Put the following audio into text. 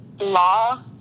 law